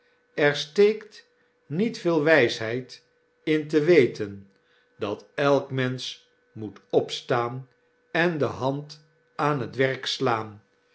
er steekt niet veelwysheid in te weten dat elk mensch moet opstaan en de hand aan t werk slaan